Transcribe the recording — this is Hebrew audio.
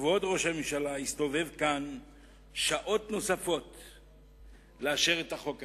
כבוד ראש הממשלה הסתובב כאן שעות נוספות כדי לאשר את החוק הזה.